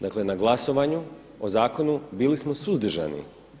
Dakle, na glasovanju o zakonu bili smo suzdržani.